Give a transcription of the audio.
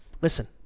Listen